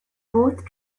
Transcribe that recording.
fourth